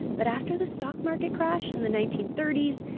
but after the stock market crash in the nineteen thirty s,